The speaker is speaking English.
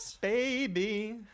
Baby